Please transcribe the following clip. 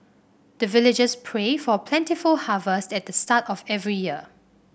the villagers pray for plentiful harvest at the start of every year